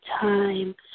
time